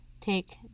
take